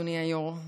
אדוני היו"ר,